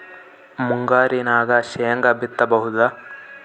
ಮುಂಗಾರಿನಾಗ ಶೇಂಗಾ ಬಿತ್ತಬಹುದಾ?